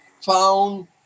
found